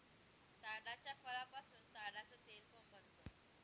ताडाच्या फळापासून ताडाच तेल पण बनत